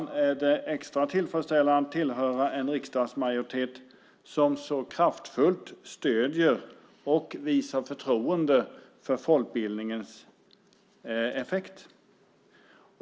Det är därför extra tillfredsställande att höra till en riksdagsmajoritet som så kraftfullt stöder och visar förtroende för folkbildningens effekt.